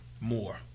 more